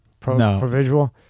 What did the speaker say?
Provisual